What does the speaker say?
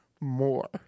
more